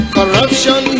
Corruption